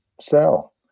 sell